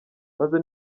maze